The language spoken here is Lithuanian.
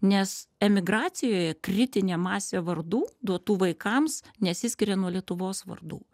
nes emigracijoje kritinė masė vardų duotų vaikams nesiskiria nuo lietuvos vardų